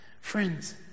Friends